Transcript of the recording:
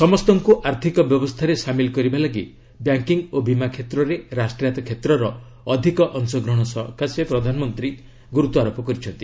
ସମସ୍ତଙ୍କୁ ଆର୍ଥିକ ବ୍ୟବସ୍ଥାରେ ସାମିଲ କରିବା ସକାଶେ ବ୍ୟାଙ୍କିଙ୍ଗ୍ ଓ ବୀମା କ୍ଷେତ୍ରରେ ରାଷ୍ଟାୟତ କ୍ଷେତ୍ର ଅଧିକ ଅଂଶଗ୍ରହଣ ପାଇଁ ପ୍ରଧଶନମନ୍ତ୍ରୀ ଗୁରୁତ୍ୱାରୋପ କରିଛନ୍ତି